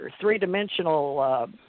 three-dimensional